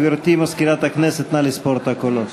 גברתי מזכירת הכנסת, נא לספור את הקולות.